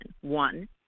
One